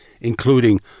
including